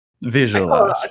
Visualize